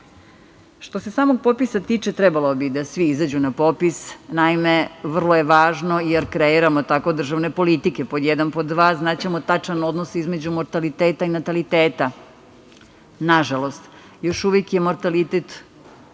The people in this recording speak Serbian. se samog popisa tiče, trebalo bi da svi izađu na popis. Vrlo je važno, jer kreiramo tako državne politike pod jedan. Pod dva, znaćemo tačan odnos između mortaliteta i nataliteta. Nažalost, još uvek je mortalitet